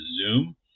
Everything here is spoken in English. Zoom